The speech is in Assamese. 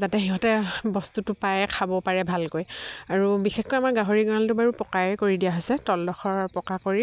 যাতে সিহঁতে বস্তুটো পায়ে খাব পাৰে ভালকৈ আৰু বিশেষকৈ আমাৰ গাহৰিৰ গঁৰালটো বাৰু পকায়ে কৰি দিয়া হৈছে তলডোখৰ পকা কৰি